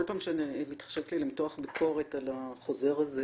כל פעם שמתחשק לי למתוח ביקורת על החוזר הזה